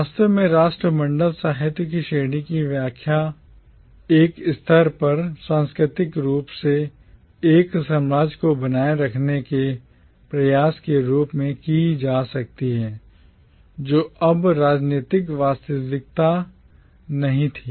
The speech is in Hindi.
वास्तव में राष्ट्रमंडल साहित्य की श्रेणी की व्याख्या एक स्तर पर सांस्कृतिक रूप से एक साम्राज्य को बनाए रखने के प्रयास के रूप में की जा सकती है जो अब राजनीतिक वास्तविकता नहीं थी